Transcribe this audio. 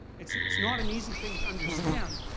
it's it's not an easy thing to understand.